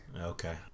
Okay